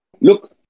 Look